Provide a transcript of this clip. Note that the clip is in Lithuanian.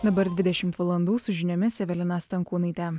dabar dvidešimt valandų su žiniomis evelina stankūnaitė